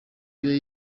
byo